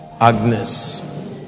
Agnes